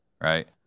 Right